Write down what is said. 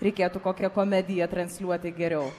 reikėtų kokią komediją transliuoti geriau